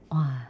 !wah!